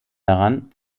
daran